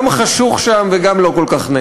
גם חשוך שם, וגם לא כל כך נעים.